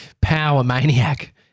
power-maniac